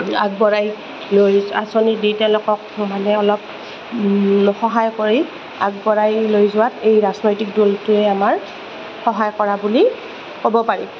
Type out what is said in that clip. আগবঢ়াই লৈ আঁচনি দি তেওঁলোকক মানে অলপ সহায় কৰি আগবঢ়াই লৈ যোৱাত এই ৰাজনৈতিক দলটোৱে আমাৰ সহায় কৰা বুলি ক'ব পাৰি